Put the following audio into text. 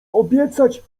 obiecać